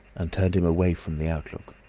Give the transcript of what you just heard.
and turned him away from the outlook.